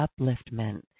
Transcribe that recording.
upliftment